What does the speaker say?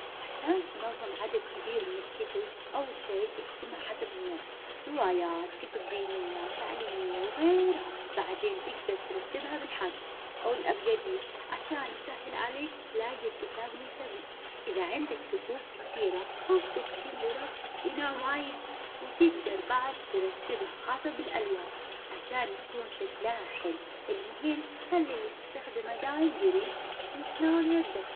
عشان تنظم عدد كبير من الكتب أول شي قسمها حسب النوع، روايات كتب دينية تعليمية وغيرها. بعدين تقدر ترتبها بالحجم أو الأبجدية عشان يسهل عليك تلاقي الكتاب اللي تبيه. إذا عندك رفوف كثيرة خصص كل رف لنوع معين. وتقدر بعد ترتبها حسب الألوان عشان يكون شكلها حلو. المهم خلي اللي تستخدمه دايم قريب وفي متناول يدك.